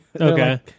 Okay